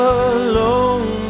alone